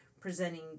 presenting